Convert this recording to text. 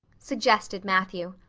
suggested matthew.